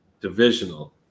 divisional